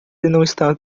está